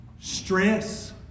stress